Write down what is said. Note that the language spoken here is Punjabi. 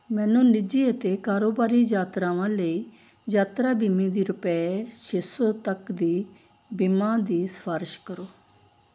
ਮੈਨੂੰ ਨਿਜੀ ਅਤੇ ਕਾਰੋਬਾਰੀ ਯਾਤਰਾਵਾਂ ਲਈ ਯਾਤਰਾ ਬੀਮੇ ਦੀ ਰੁਪਏ ਛੇ ਸੌ ਤੱਕ ਦੀ ਬੀਮਾ ਦੀ ਸਿਫ਼ਾਰਿਸ਼ ਕਰੋ